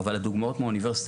ולא ברור מי נושא בנטל,